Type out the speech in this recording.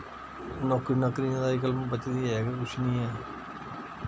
नौकरी नाकरी दा अजकल्ल बच्चें दी है गै कुछ निं ऐ